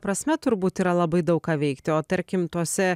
prasme turbūt yra labai daug ką veikti o tarkim tose